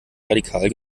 radikal